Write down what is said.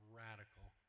radical